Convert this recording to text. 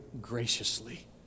graciously